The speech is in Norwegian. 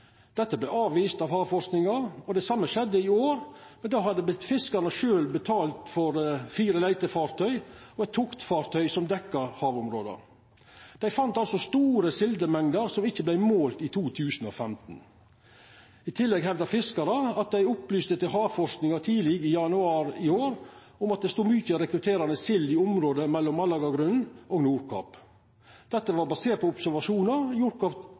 Dette vart avvist av havforskarane. Det same skjedde i år, men då hadde fiskarane sjølv betalt for fire leitefartøy og eitt toktfartøy som dekte havområda. Dei fann altså store sildemengder som ikkje vart målt i 2015. I tillegg hevdar fiskarar at dei opplyste til havforskarane tidleg i januar i år om at det stod mykje rekrutterande sild i området mellom Malangsgrunnen og Nordkapp. Dette var basert på observasjonar gjort